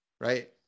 right